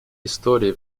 истории